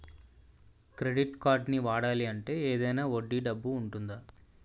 Credit కార్డ్ని వాడాలి అంటే ఏదైనా వడ్డీ డబ్బు ఉంటుందా?